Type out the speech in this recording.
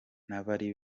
n’abari